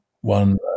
one